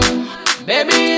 Baby